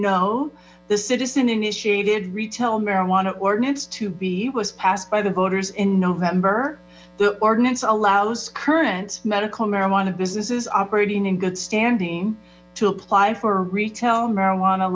know the citizen initiated retail marijuana ordinance to b passed by the voters in november the ordinance allows current medical marijuana businesses operating in good standing to apply for a retail marijuana